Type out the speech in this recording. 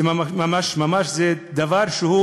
זה ממש דבר שהוא